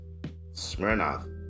Smirnoff